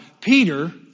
Peter